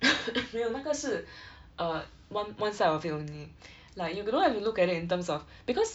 没有那个是 err one one side of it only like you don't know if you look at it in terms of because